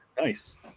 Nice